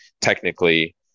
technically